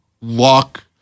luck